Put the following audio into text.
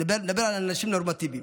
אני מדבר על אנשים נורמטיביים.